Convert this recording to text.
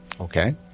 Okay